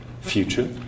future